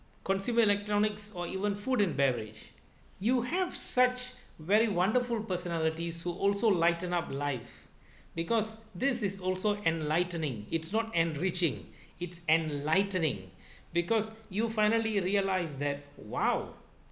consumer electronics or even food and beverage you have such very wonderful personalities who also lighten up life because this is also enlightening it's not enriching it's enlightening because you finally realised that !wow!